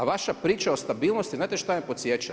A vaša priča o stabilnosti, znate na šta me podsjeća?